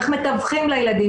איך מתווכים לילדים,